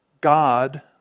God